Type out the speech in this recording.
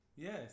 Yes